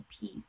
peace